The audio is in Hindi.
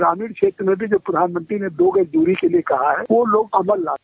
ग्रामीण क्षेत्र में भी प्रधानमंत्री ने दो गज दूरी के लिये कहा है वह लोग अमल ला सके